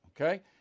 Okay